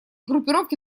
группировки